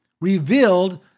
revealed